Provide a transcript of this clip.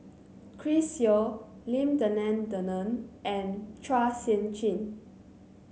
Chris Yeo Lim Denan Denon and Chua Sian Chin